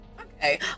Okay